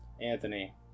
Anthony